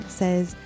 says